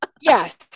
Yes